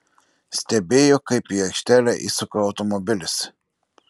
stebėjo kaip į aikštelę įsuka automobilis